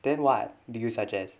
then what do you suggest